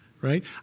right